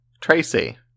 Tracy